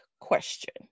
question